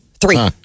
Three